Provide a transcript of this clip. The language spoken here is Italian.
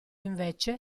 invece